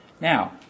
Now